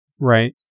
Right